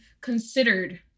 considered